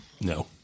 No